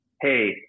hey